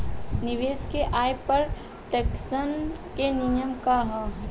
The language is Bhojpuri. निवेश के आय पर टेक्सेशन के नियम का ह?